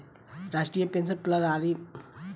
राष्ट्रीय पेंशन प्रणाली में एक तरही से इ तोहरे पईसा रहत हवे